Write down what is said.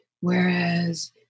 Whereas